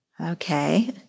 Okay